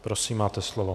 Prosím, máte slovo.